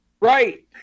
Right